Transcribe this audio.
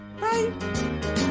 Bye